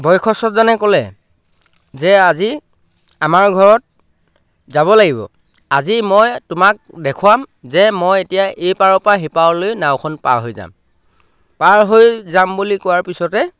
বয়সস্থজনে ক'লে যে আজি আমাৰ ঘৰত যাব লাগিব আজি মই তোমাক দেখুৱাম যে মই এতিয়া এই পাৰৰপৰা সিপাৰলৈ নাওখন পাৰ হৈ যাম পাৰ হৈ যাম বুলি কোৱাৰ পিছতে